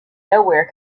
nowhere